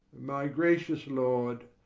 my gracious lord,